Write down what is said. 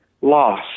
loss